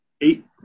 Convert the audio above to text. eight